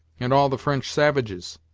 and all the french savages.